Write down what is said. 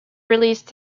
released